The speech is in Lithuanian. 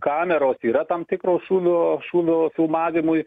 kameros yra tam tikros šūvio šūvio filmavimui